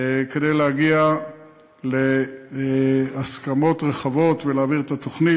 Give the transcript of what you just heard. כדי להגיע להסכמות רחבות ולהעביר את התוכנית.